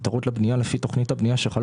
המותרות לבנייה לפי תוכנית הבנייה שחלה